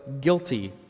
guilty